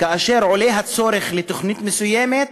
כאשר עולה הצורך בתוכנית מסוימת,